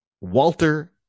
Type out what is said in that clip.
Walter